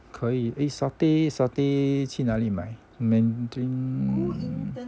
可以 eh satay satay 去哪里买